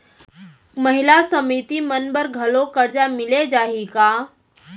महिला समिति मन बर घलो करजा मिले जाही का?